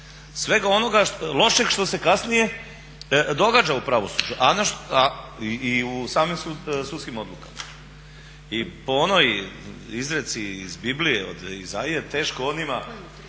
svega onoga lošeg što se kasnije događa u pravosuđu i u samim sudskim odlukama. I po onoj izreci iz Biblije od Izajije "Teško onima